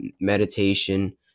meditation